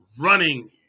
running